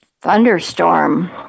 thunderstorm